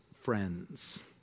FRIENDS